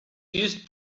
used